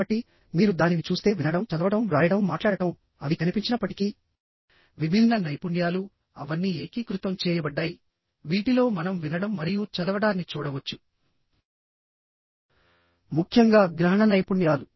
కాబట్టి మీరు దానిని చూస్తే వినడం చదవడం వ్రాయడం మాట్లాడటం అవి కనిపించినప్పటికీ విభిన్న నైపుణ్యాలు అవన్నీ ఏకీకృతం చేయబడ్డాయి వీటిలో మనం వినడం మరియు చదవడాన్ని చూడవచ్చు ముఖ్యంగా గ్రహణ నైపుణ్యాలు